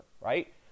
right